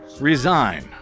resign